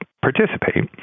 participate